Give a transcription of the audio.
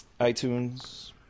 iTunes